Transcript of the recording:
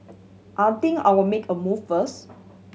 I think I'll make a move first